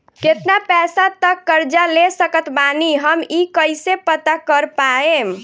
केतना पैसा तक कर्जा ले सकत बानी हम ई कइसे पता कर पाएम?